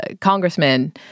congressman